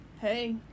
Hey